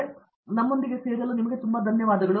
ದೀಪಾ ವೆಂಕಟೇಶ್ ಧನ್ಯವಾದಗಳು ತುಂಬಾ ಧನ್ಯವಾದಗಳು